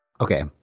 Okay